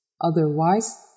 Otherwise